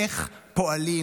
איך פועלים.